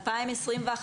2021,